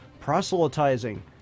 proselytizing